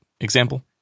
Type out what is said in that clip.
example